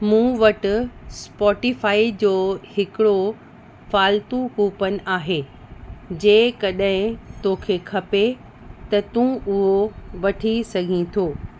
मूं वटि स्पोटिफाए जो हिकिड़ो फालतू कूपन आहे जेकॾहिं तोखे खपे त तूं उहो वठी सघे थो